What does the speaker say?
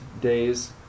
days